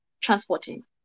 transporting